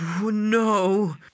no